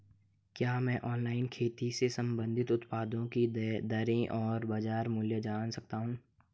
क्या मैं ऑनलाइन खेती से संबंधित उत्पादों की दरें और बाज़ार मूल्य जान सकता हूँ?